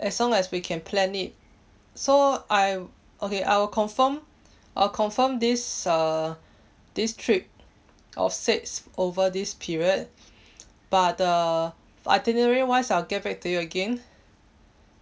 as long as we can plan it so I okay I will confirm I'll confirm this uh this trip of six over this period but the itinerary wise I'll get back to you again